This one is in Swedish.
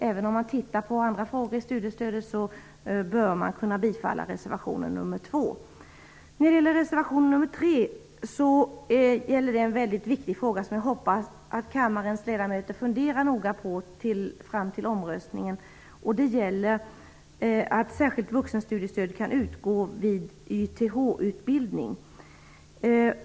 Även om man tittar på andra frågor som rör studiestödet bör man kunna bifalla reservation nr Reservation nr 3 gäller en mycket viktig fråga som jag hoppas att kammarens ledamöter funderar noga på fram till omröstningen. Det handlar om att särskilt vuxenstudiestöd kan utgå vid YTH utbildning.